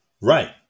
right